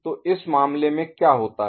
तो इस मामले में क्या होता है